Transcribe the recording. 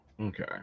Okay